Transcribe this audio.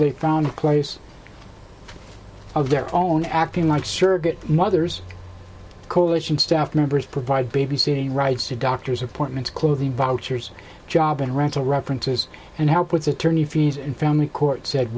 they found a place of their own acting like surrogate mothers coalition staff members provide babysitting rights to doctors appointments clothing vouchers job and rental references and help with attorney fees and family court said